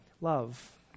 Love